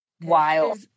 wild